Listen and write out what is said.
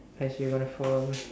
I hear waterfall